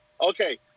okay